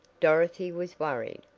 dorothy was worried.